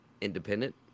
independent